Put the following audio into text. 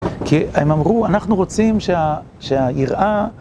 כי הם אמרו, אנחנו רוצים שהיראה...